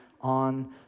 on